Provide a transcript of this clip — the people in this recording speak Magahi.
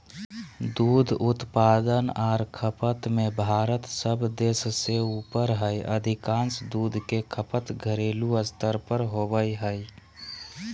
दूध उत्पादन आर खपत में भारत सब देश से ऊपर हई अधिकांश दूध के खपत घरेलू स्तर पर होवई हई